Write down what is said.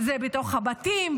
זה בתוך הבתים,